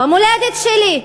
במולדת שלי.